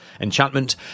Enchantment